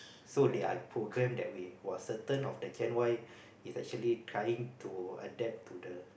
so they are program that way who are certain of Gen-Y is actually trying to adapt to the